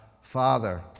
Father